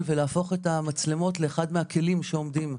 ולהפוך את המצלמות לאחד מהכלים שעומדים,